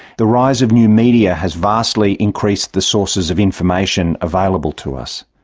the rise of new media has vastly increased the sources of information available to us.